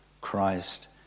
Christ